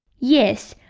yes,